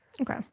Okay